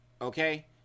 okay